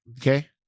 okay